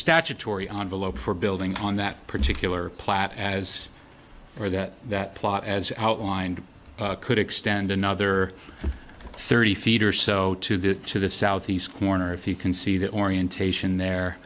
statutory on below for building on that particular plat as or that that plot as outlined could extend another thirty feet or so to the to the southeast corner if you can see that orientation the